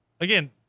again